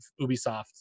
ubisoft